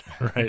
right